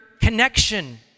connection